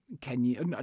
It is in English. Kenya